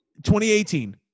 2018